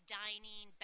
dining